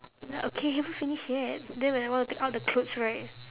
then okay haven't finish yet then when I want to take out the clothes right